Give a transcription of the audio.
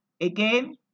Again